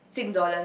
six dollars